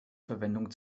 verwendung